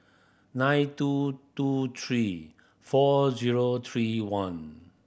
nine two two three four zero three one